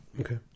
Okay